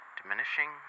diminishing